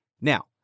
Now